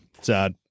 sad